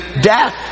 death